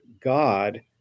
God